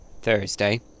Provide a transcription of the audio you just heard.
Thursday